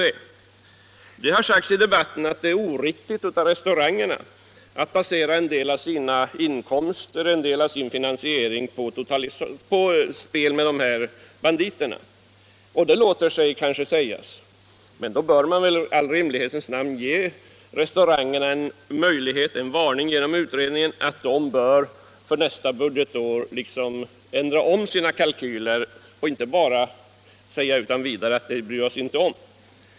Det har sagts i debatten att det är oriktigt av restaurangerna att basera en del av sin finansiering på uthyrning av plats för spelautomater. Det låter sig kanske sägas. Men då bör man väl i all rimlighets namn också genom utredningen ge restaurangerna en varning och låta dem veta att = Nr 29 de för nästa budgetår bör göra om sina kalkyler, och inte bara utan vidare Onsdagen den säga: Det bryr vi oss inte om.